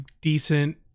decent